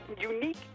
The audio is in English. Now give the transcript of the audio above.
unique